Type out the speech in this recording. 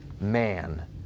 man